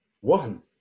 One